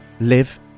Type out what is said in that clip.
live